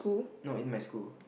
no in my school